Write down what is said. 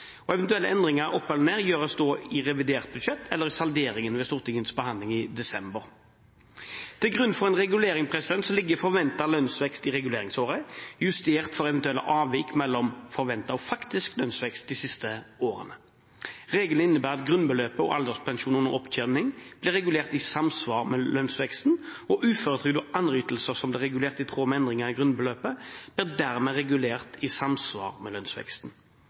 rentenivå. Eventuelle endringer opp eller ned gjøres da i revidert budsjett eller i salderingen under Stortingets behandling i desember. Til grunn for en regulering ligger forventet lønnsvekst i reguleringsåret, justert for eventuelle avvik mellom forventet og faktisk lønnsvekst de siste årene. Regelen innebærer at grunnbeløpet og alderspensjon under opptjening blir regulert i samsvar med lønnsveksten. Uføretrygd og andre ytelser som blir regulert i tråd med endringer i grunnbeløpet, blir dermed regulert i samsvar med lønnsveksten.